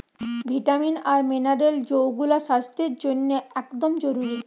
vitamin আর mineral যৌগুলা স্বাস্থ্যের জন্যে একদম জরুরি